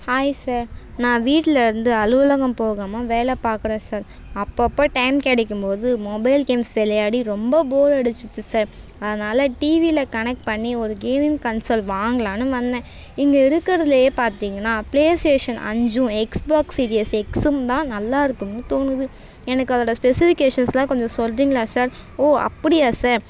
hi sir நான் வீட்டில இருந்து அலுவலகம் போகாமல் வேலை பார்க்குறேன் சார் அப்பப்போ டைம் கிடைக்கும்போது மொபைல் கேம்ஸ் விளையாடி ரொம்ப போர் அடிச்சிடிச்சு சார் அதனால் டிவியில கனெக்ட் பண்ணி ஒரு கேமிங் கன்சல் வாங்கலாம்னு வந்தேன் இங்கே இருக்கிறதுலயே பார்த்திங்கன்னா ப்ளே ஸ்டேஷன் அஞ்சும் எக்ஸ் பாக்ஸ் சீரியஸ் எக்ஸ்ஸும் தான் நல்லா இருக்கும்னு தோணுது எனக்கு அதோட ஸ்பெசிஃபிகேஷன்ஸ்லாம் கொஞ்சம் சொல்கிறிங்களா சார் ஓ அப்படியா சார்